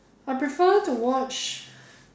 I prefer to watch